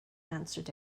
answered